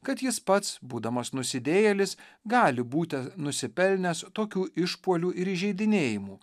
kad jis pats būdamas nusidėjėlis gali būti nusipelnęs tokių išpuolių ir įžeidinėjimų